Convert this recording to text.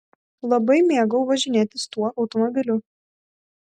labai mėgau važinėtis tuo automobiliu